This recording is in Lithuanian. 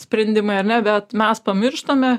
sprendimai ar ne bet mes pamirštame